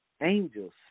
angels